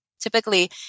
Typically